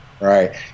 Right